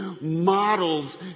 models